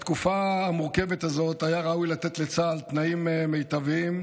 בתקופה המורכבת הזאת היה ראוי לתת לצה"ל תנאים מיטביים.